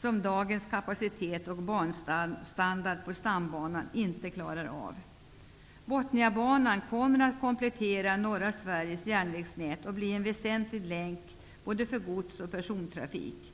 som dagens kapacitet och banstandard på stambanan inte klarar av. Botniabanan kommer att komplettera norra Sveriges järnvägsnät och bli en väsentlig länk för både gods och persontrafik.